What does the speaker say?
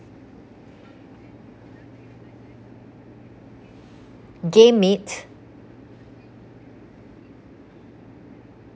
game meat